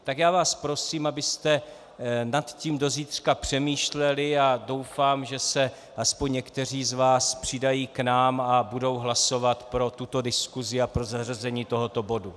Tak já vás prosím, abyste nad tím do zítřka přemýšleli, a doufám, že se aspoň někteří z vás přidají k nám a budou hlasovat pro tuto diskusi a pro zařazení tohoto bodu.